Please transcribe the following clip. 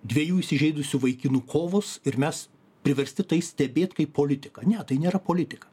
dviejų įsižeidusių vaikinų kovos ir mes priversti tai stebėt kaip politiką ne tai nėra politika